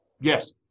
Yes